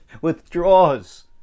withdraws